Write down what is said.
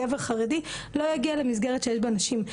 גבר חרדי לא יגיע למסגרת שיש בה נשים.